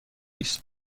است